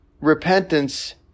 repentance